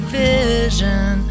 vision